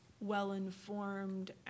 well-informed